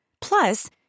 Plus